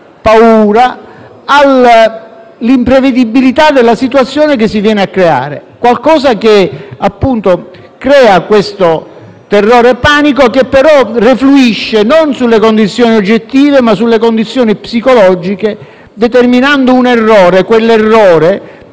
paura all'imprevedibilità della situazione che si viene a creare. Qualcosa che crea questo terrore e panico che però refluisce non sulle condizioni oggettive ma sulle condizioni psicologiche, determinando un errore, quell'errore